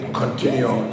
continue